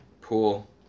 Pool